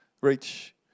Reach